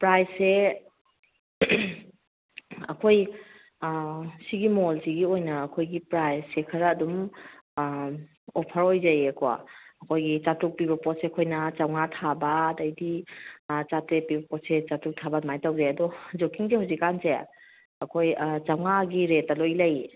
ꯄ꯭ꯔꯥꯏꯁꯁꯦ ꯑꯩꯈꯣꯏ ꯁꯤꯒꯤ ꯃꯣꯜꯁꯤꯒꯤ ꯑꯣꯏꯅ ꯑꯩꯈꯣꯏꯒꯤ ꯄ꯭ꯔꯥꯏꯁꯁꯦ ꯈꯔ ꯑꯗꯨꯝ ꯑꯣꯐꯔ ꯑꯣꯏꯖꯩꯌꯦꯀꯣ ꯑꯩꯈꯣꯏꯒꯤ ꯆꯥꯇ꯭ꯔꯨꯛ ꯄꯤꯕ ꯄꯣꯠꯁꯦ ꯑꯩꯈꯣꯏꯅ ꯆꯥꯝꯃꯉꯥ ꯊꯥꯕ ꯑꯗꯩꯗꯤ ꯆꯥꯇ꯭ꯔꯦꯠ ꯄꯤꯕ ꯄꯣꯠꯁꯦ ꯆꯥꯇ꯭ꯔꯨꯛ ꯊꯥꯕ ꯑꯗꯨꯃꯥꯏ ꯇꯧꯖꯩ ꯑꯗꯣ ꯖꯣꯀꯤꯡꯁꯦ ꯍꯧꯖꯤꯛꯀꯥꯟꯁꯦ ꯑꯩꯈꯣꯏ ꯆꯥꯝꯃꯉꯥꯒꯤ ꯔꯦꯠꯇ ꯂꯣꯏ ꯂꯩꯌꯦ